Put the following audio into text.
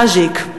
קאז'יק.